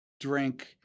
drink